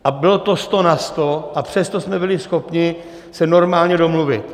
A bylo to sto na sto, a přesto jsme byli schopni se normálně domluvit!